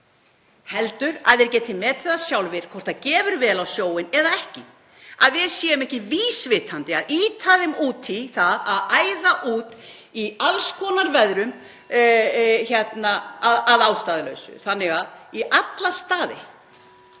heldur að þeir geti metið það sjálfir hvort það gefur vel á sjóinn eða ekki, að við séum ekki vísvitandi að ýta þeim út í það að æða út í alls konar veðrum að ástæðulausu. Í alla staði